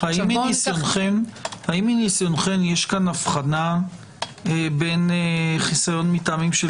האם מניסיונכם יש פה הבחנה בין חיסיון מטעמים של